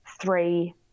three